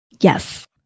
Yes